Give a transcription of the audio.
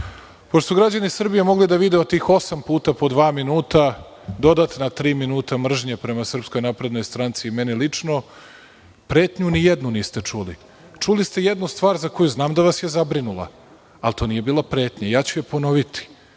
su građani Srbije mogli da vide u tim osam puta po dva minuta dodatna tri minuta mržnje prema SNS, i meni lično, pretnju ni jednu niste čuli. Čuli ste jednu stvar za koju znam da vas je zabrinula, ali to nije bila pretnja. Ja ću je ponoviti,